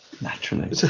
naturally